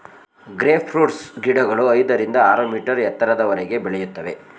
grape fruits ಗಿಡಗಳು ಐದರಿಂದ ಆರು ಮೀಟರ್ ಎತ್ತರದವರೆಗೆ ಬೆಳೆಯುತ್ತವೆ